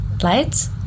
lights